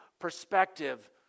perspective